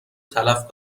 تلف